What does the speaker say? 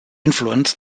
influenced